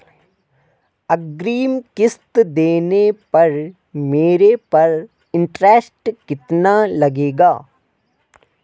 अग्रिम किश्त देने पर मेरे पर इंट्रेस्ट कितना लगेगा?